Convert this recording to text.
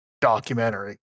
documentary